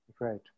Right